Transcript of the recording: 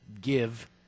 give